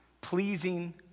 pleasing